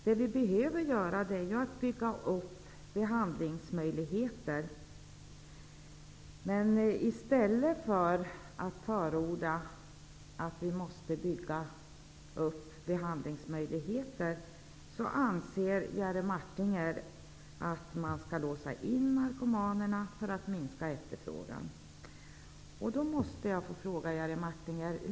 Det vi behöver göra är att se till att det finns behandlingsmöjligheter, men Jerry Martinger förordar i stället att man skall låsa in narkomanerna för att minska efterfrågan.